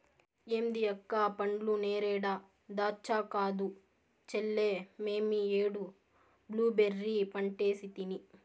ఏంది అక్క ఆ పండ్లు నేరేడా దాచ్చా కాదు చెల్లే మేమీ ఏడు బ్లూబెర్రీ పంటేసితిని